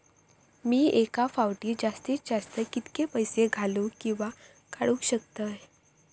मी एका फाउटी जास्तीत जास्त कितके पैसे घालूक किवा काडूक शकतय?